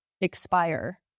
expire